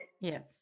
yes